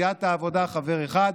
לסיעת העבודה חבר אחד,